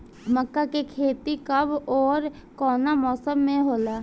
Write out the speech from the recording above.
मका के खेती कब ओर कवना मौसम में होला?